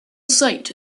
site